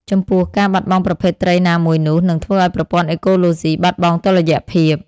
ចំពោះ ការបាត់បង់ប្រភេទត្រីណាមួយនោះ នឹងធ្វើឱ្យប្រព័ន្ធអេកូឡូស៊ីបាត់បង់តុល្យភាព។